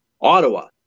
Ottawa